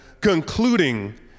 concluding